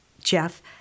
Jeff